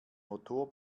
motor